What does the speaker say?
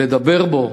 לדבר עליו,